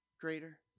greater